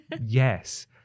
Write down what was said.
yes